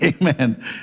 Amen